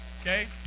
Okay